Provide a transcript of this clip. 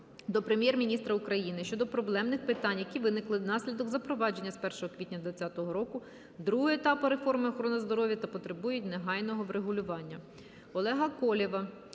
до Прем'єр-міністра України щодо проблемних питань, які виникли внаслідок запровадження з 1 квітня 2020 року другого етапу реформи охорони здоров'я, та потребують негайного врегулювання.